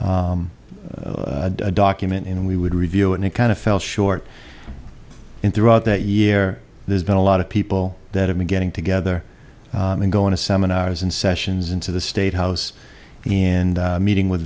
a document and we would review and it kind of fell short in throughout that year there's been a lot of people that have been getting together and going to seminars and sessions into the state house in meeting with